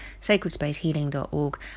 sacredspacehealing.org